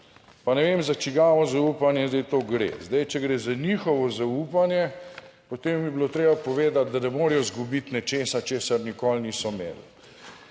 pa ne vem za čigavo zaupanje zdaj to gre. Zdaj, če gre za njihovo zaupanje, potem bi bilo treba povedati, da ne morejo izgubiti nečesa, česar nikoli niso imeli.